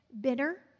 bitter